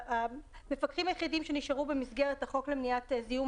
שהמפקחים היחידים שנשארו במסגרת החוק למניעת זיהום